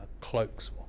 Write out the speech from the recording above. cloaks